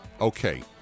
okay